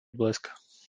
blesk